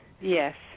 Yes